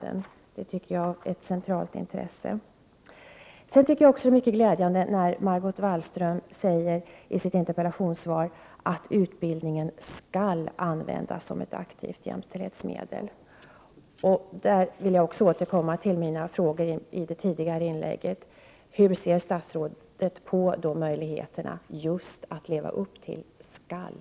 Den frågan tycker jag är av centralt intresse. Det är också mycket glädjande att Margot Wallström i sitt interpellationssvar säger att utbildningen skall användas som ett aktivt jämställdhetsmedel. Jag vill i det sammanhanget också återkomma till mina frågor i tidigare inlägg. Hur ser statsrådet på de möjligheter man har att leva upp till ordet skall ?